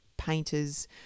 painters